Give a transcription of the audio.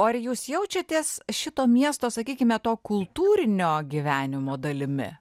o ar jūs jaučiatės šito miesto sakykime to kultūrinio gyvenimo dalimi